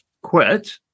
quit